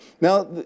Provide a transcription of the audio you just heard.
Now